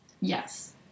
Yes